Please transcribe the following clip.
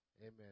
Amen